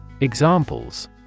Examples